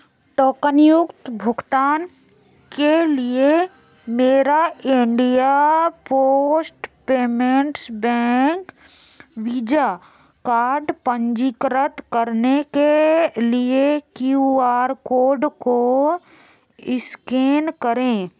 टोकनयुक्त भुगतान के लिए मेरा India post payments bank Visa card पंजीकृत करने के लिए क्यू आर कोड को स्कैन करें